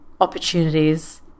opportunities